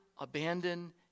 abandon